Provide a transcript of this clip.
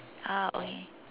ah okay